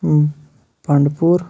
بنٛڈ پوٗر